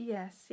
Yes